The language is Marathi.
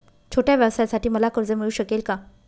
छोट्या व्यवसायासाठी मला कर्ज मिळू शकेल का?